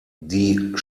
die